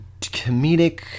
comedic